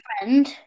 friend